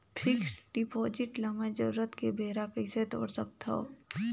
Fixed deposit ल मैं जरूरत के बेरा कइसे तोड़ सकथव?